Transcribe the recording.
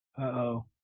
Uh-oh